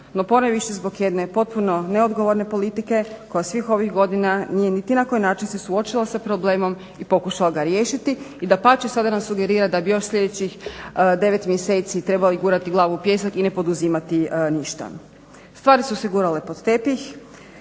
no ponajviše zbog jedne potpuno neodgovorne politike koja svih ovih godina nije niti na koji način se suočila sa problemom i pokušala ga riješiti. I dapače sada nam sugerira da bi još sljedećih 9 mjeseci trebali gurati glavu u pijesak i ne poduzimati ništa. Stvari su se gurale pod tepih,